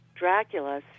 Dracula